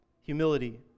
humility